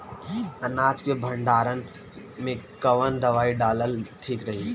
अनाज के भंडारन मैं कवन दवाई डालल ठीक रही?